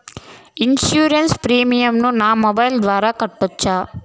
Insurance premium ను నా mobile ద్వారా కట్టొచ్చా?